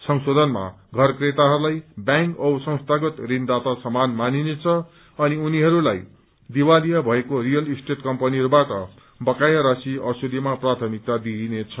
संशोषनमा घर क्रेताहरूलाई ब्यांक औ संस्थागत ऋणदाता समान मानिनेछ अनि उनीहरूलाई दिवालिया भएको रियल स्टेट कम्पनीहरूबाट बक्राया राशि असुलीमा प्राथमिकता दिइनेछ